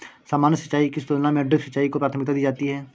सामान्य सिंचाई की तुलना में ड्रिप सिंचाई को प्राथमिकता दी जाती है